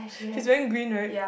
she's wearing green right